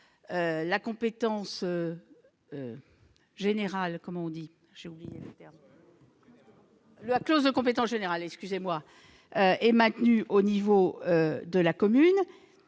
la clause de compétence générale est maintenue au seul niveau de la commune